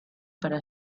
para